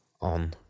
on